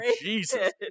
Jesus